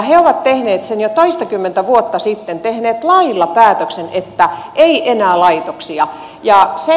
he ovat tehneet sen jo toistakymmentä vuotta sitten tehneet lailla päätöksen että ei enää laitoksia